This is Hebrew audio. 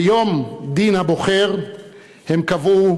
ביום דין הבוחר הם קבעו